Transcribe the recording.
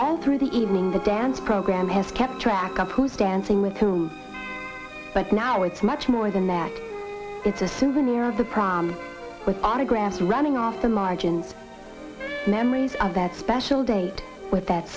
all through the evening the dance program has kept track of who's dancing with whom but now it's much more than that it's a souvenir of the prom with autographs running off the margin of that special date with that